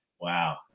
Wow